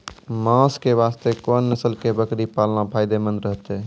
मांस के वास्ते कोंन नस्ल के बकरी पालना फायदे मंद रहतै?